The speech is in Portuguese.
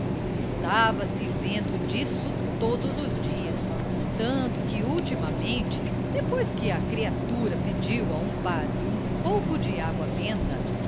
estava-se vendo disso todos os dias tanto que ultimamente depois que a criatura pediu a um padre um pouco de água benta